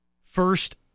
first